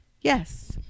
Yes